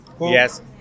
Yes